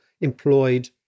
employed